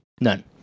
None